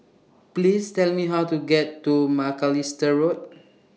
Please Tell Me How to get to Macalister Road